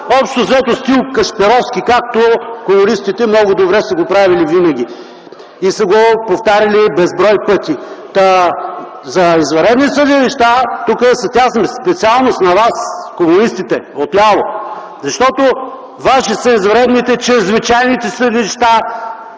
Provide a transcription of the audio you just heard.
общо взето, стил Кашпировски, както комунистите много добре са го правили винаги и са го повтаряли безброй пъти. Та, за извънредни съдилища, това е тясна специалност на вас, комунистите, отляво, защото ваши са извънредните, чрез вичайните съдилища,